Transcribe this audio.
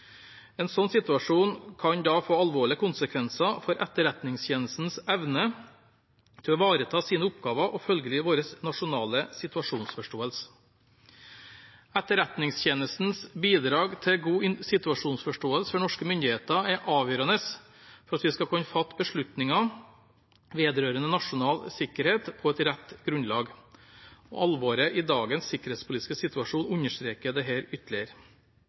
En sånn situasjon kan da få alvorlige konsekvenser for Etterretningstjenestens evne til å ivareta sine oppgaver, og følgelig vår nasjonale situasjonsforståelse. Etterretningstjenestens bidrag til god situasjonsforståelse for norske myndigheter er avgjørende for at vi skal kunne fatte beslutninger vedrørende nasjonal sikkerhet på rett grunnlag. Alvoret i dagens sikkerhetspolitiske situasjon understreker det ytterligere.